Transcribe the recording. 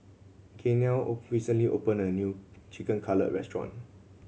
Gaynell recently opened a new Chicken Cutlet Restaurant